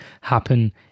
happen